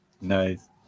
Nice